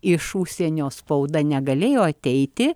iš užsienio spauda negalėjo ateiti